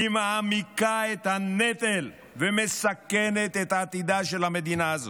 היא מעמיקה את הנטל ומסכנת את עתידה של המדינה הזאת.